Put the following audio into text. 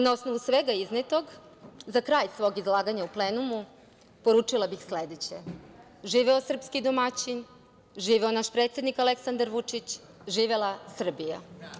Na osnovu svega iznetog, za kraj svog izlaganja u plenumu, poručila bih sledeće – živeo srpski domaćin, živeo naš predsednik Aleksandar Vučić, živela Srbija.